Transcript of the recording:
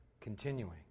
continuing